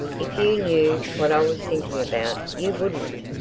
if you knew what i was thinking about, you wouldn't.